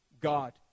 God